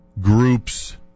groups